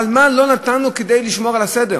אבל מה לא נתַנו כדי לשמור על הסדר?